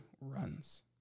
runs